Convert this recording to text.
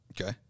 Okay